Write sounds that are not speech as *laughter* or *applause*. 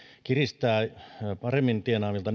kiristää paremmin tienaavilta *unintelligible*